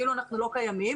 כאילו אנחנו לא קיימים,